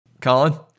Colin